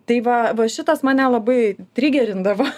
tai va va šitas mane labai trigerindavo